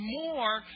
more